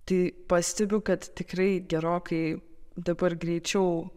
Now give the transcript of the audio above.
tai pastebiu kad tikrai gerokai dabar greičiau